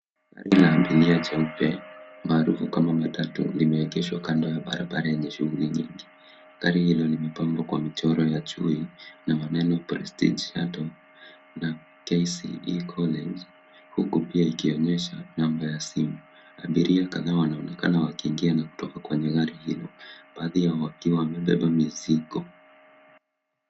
Gari la abiria jeupe maarufu kama matatu limeegeshwa kando ya barbara yenye shughuli mingi gari hilo limepakwa kwa mchoro wa chui na maneno prestige atom KCE college huku pia ikionyesha namba ya simu. Abiria kadhaa wanaonekana wakiingia na kutoka kwenye gari hilo baadhi Yao wakiwa wamebeba mizigo.